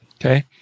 okay